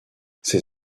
ses